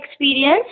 experience